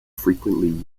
frequently